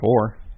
four